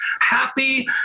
happy